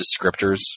descriptors